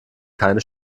keine